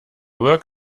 work